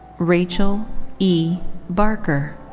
rachel e barker.